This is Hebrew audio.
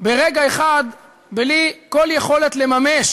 ברגע אחד בלי כל יכולת לממש